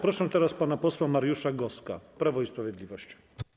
Proszę pana posła Mariusza Goska, Prawo i Sprawiedliwość.